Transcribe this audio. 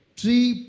Three